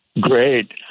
Great